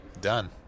Done